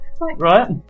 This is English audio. Right